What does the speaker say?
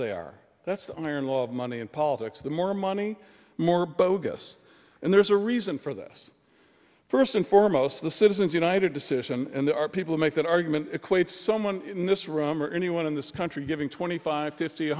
they are that's the iron law of money in politics the more money more bogus and there's a reason for this first and foremost the citizens united decision and there are people who make that argument equate someone in this room or anyone in this country giving twenty five fifty